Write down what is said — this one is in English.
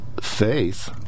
faith